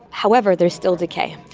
however there is still decay.